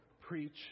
preach